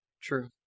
true